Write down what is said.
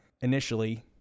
initially